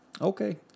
Okay